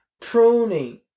pruning